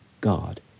God